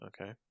Okay